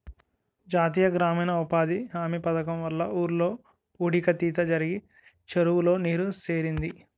జాతీయ గ్రామీణ ఉపాధి హామీ పధకము వల్ల ఊర్లో పూడిక తీత జరిగి చెరువులో నీరు సేరింది